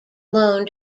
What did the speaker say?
loan